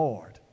Lord